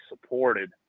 supported